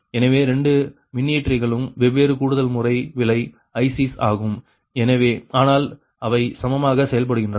எனவே 2 மின்னியற்றிகளும் வெவ்வேறு கூடுதல்முறை விலை ICs ஆகும் ஆனால் அவை சமமாக செயல்படுகின்றன